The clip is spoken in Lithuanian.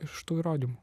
iš tų įrodymų